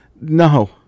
No